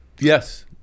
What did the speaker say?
Yes